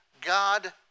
God